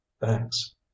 Thanks